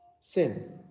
sin